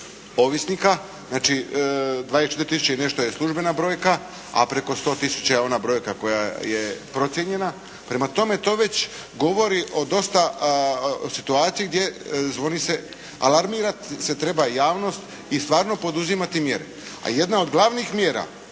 ovisnika znači, 24 tisuće i nešto je službena brojka, a preko 100 tisuća je ona brojka koja je procijenjena, prema tome to već govori o dosta situaciji gdje zvoni se, alarmirati se treba javnost i stvarno poduzimati mjere. A jedna od glavnih mjera